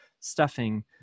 stuffing